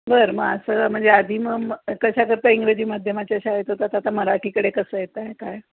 बर मग असं म्हणजे आधी मग म कशा करता इंग्रजी माध्यमाच्या शाळेत होतात आता मराठीकडे कसं येत आहे काय